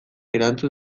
erantzun